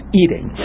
eating